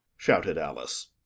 shouted alice.